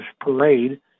Parade